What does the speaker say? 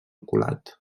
colat